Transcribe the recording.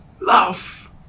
love